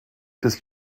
des